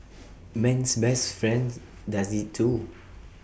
man's best friends does IT too